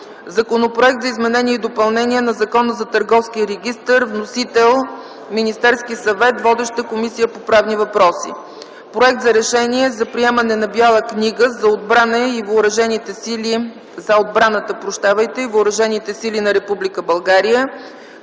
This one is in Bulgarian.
Законопроект за изменение и допълнение на Закона за Търговския регистър. Вносител е Министерският съвет. Водеща е Комисията по правни въпроси; - проект за Решение за приемане на Бяла книга за отбраната и въоръжените сили на Република България